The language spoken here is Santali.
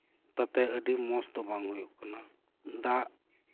ᱛᱟᱛᱮ ᱟᱹᱰᱤ ᱢᱚᱡ ᱫᱚ ᱵᱟᱝ ᱫᱚ ᱦᱩᱭᱩᱜ ᱠᱟᱱᱟ ᱫᱟᱜᱽ